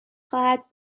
خواهد